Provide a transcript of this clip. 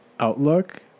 outlook